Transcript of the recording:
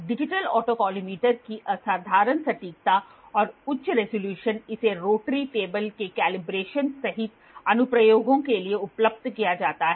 digital autocollimator की असाधारण सटीकता और उच्च रिज़ॉल्यूशन इसे रोटरी टेबल के कैलिब्रेशन सहित अनुप्रयोगों के लिए उपयुक्त बनाता है